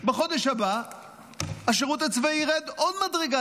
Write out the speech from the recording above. בחודש הבא השירות הצבאי ירד עוד מדרגה,